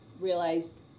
realized